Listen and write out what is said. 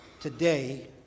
today